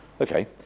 Okay